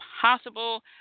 possible